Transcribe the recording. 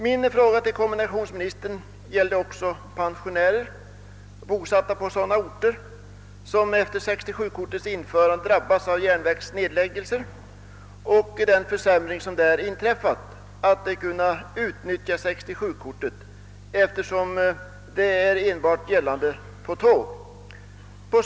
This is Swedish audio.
Min fråga till kommunikationsministern gällde också de pensionärer som är bosatta på orter vilka efter 67-kortets införande drabbats av järnvägsnedläggelser. Detta innebär ju en försämring för pensionärerna, eftersom 67-kortet enbart gäller för tågresor.